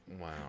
wow